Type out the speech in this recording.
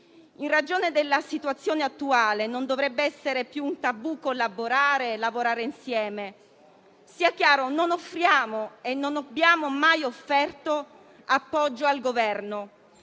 In ragione della situazione attuale, non dovrebbe essere più un tabù collaborare e lavorare insieme. Sia chiaro, non offriamo e non abbiamo mai offerto appoggio al Governo;